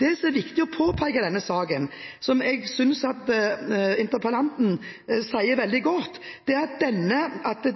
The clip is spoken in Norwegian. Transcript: Det som er viktig å påpeke i denne saken – som jeg synes at interpellanten sier veldig godt – er at